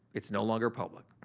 it's no longer public.